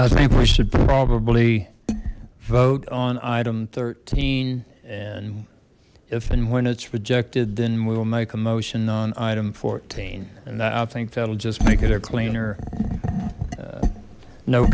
i think we should probably vote on item thirteen and if and when it's rejected then we will make a motion on item fourteen and i think that'll just make it a cleaner